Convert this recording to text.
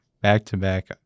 Back-to-back